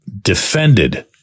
defended